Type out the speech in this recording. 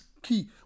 Key